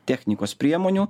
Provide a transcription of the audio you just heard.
technikos priemonių